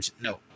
no